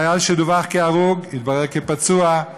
חייל שדווח כהרוג התברר כפצוע,